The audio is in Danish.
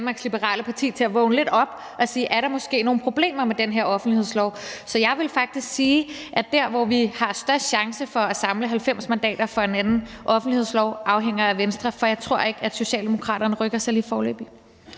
Danmarks Liberale Parti, til at vågne lidt op og spørge: Er der måske nogle problemer med den her offentlighedslov? Så jeg vil faktisk sige, at det i forhold til at have størst chance for at samle 90 mandater for at få en anden offentlighedslov afhænger af Venstre, for jeg tror ikke, at Socialdemokraterne rykker sig lige foreløbig.